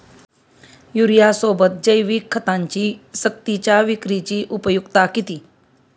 युरियासोबत जैविक खतांची सक्तीच्या विक्रीची उपयुक्तता किती?